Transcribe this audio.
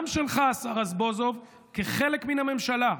גם שלך, השר רזבוזוב, כחלק מן הממשלה.